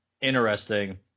interesting